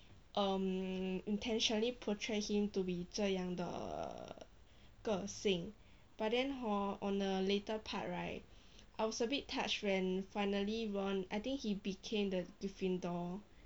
um intentionally portray him to be 这样的个性 but then hor on a later part right I was a bit touched when finally ron I think he became the gryffindor